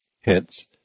Hence